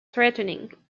threatening